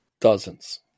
dozens